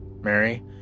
Mary